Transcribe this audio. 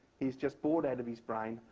he's just bored out of his brain,